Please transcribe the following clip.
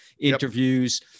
interviews